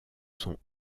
son